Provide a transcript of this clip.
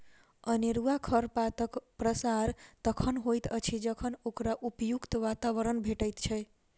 अनेरूआ खरपातक प्रसार तखन होइत अछि जखन ओकरा उपयुक्त वातावरण भेटैत छै